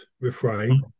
refrain